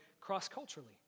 cross-culturally